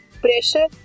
Pressure